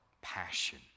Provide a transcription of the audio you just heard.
passion